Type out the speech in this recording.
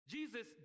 Jesus